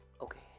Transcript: Okay